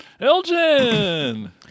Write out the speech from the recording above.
Elgin